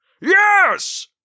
Yes